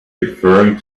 referring